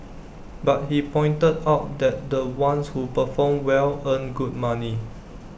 but he pointed out that the ones who perform well earn good money